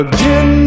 Again